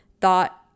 thought